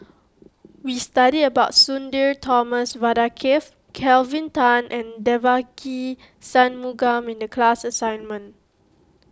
we studied about Sudhir Thomas Vadaketh Kelvin Tan and Devagi Sanmugam in the class assignment